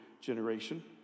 generation